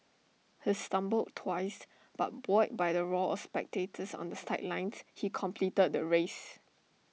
he stumbled twice but buoyed by the roar of spectators on the sidelines he completed the race